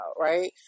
right